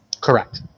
Correct